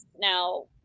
now